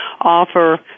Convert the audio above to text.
offer